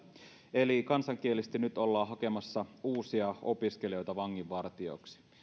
eli kansankielisesti nyt ollaan hakemassa uusia opiskelijoita vanginvartijaksi